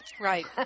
Right